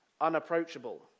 unapproachable